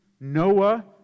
Noah